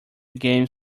game